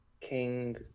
King